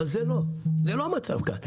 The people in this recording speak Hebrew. אבל זה לא המצב כאן.